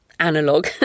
Analog